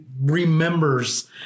remembers